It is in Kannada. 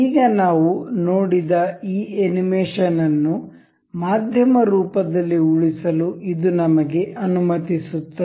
ಈಗ ನಾವು ನೋಡಿದ ಈ ಅನಿಮೇಷನ್ ಅನ್ನು ಮಾಧ್ಯಮ ರೂಪದಲ್ಲಿ ಉಳಿಸಲು ಇದು ನಮಗೆ ಅನುಮತಿಸುತ್ತದೆ